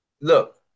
look